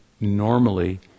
normally